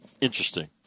interesting